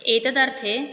एतदर्थे